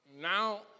Now